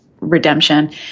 redemption